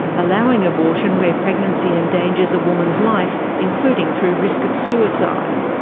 allowing abortion where pregnancy endangers a woman's life, including through risk of suicide.